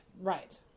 Right